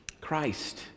Christ